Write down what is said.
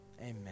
Amen